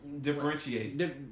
Differentiate